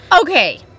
Okay